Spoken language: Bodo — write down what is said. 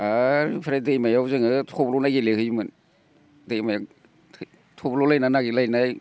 आर ओमफ्राय दैमायाव जोङो थब्ल'नाय गेलेहैयोमोन दैमायाव थब्ल'लायनानै नागिरलायनाय